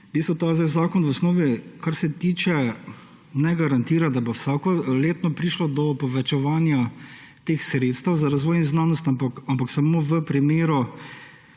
ta zakon v osnovi ne garantira, da bo vsakoletno prišlo do povečevanja teh sredstev za razvoj in znanost, ampak samo v primeru